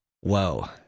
Whoa